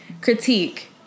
critique